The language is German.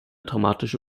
dramatische